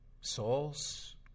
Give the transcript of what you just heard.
souls